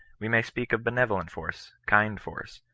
we may speak of benevolent force, kind force,